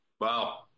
wow